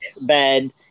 bed